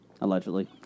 allegedly